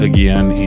Again